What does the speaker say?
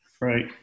right